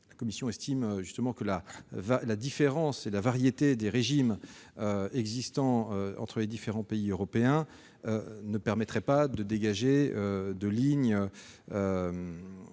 la Commission estime justement que la différence et la variété des régimes existant dans les différents pays européens ne permettraient pas de dégager de lignes